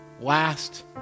last